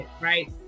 right